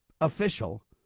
official